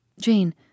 Jane